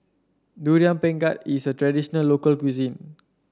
Durian Pengat is a traditional local cuisine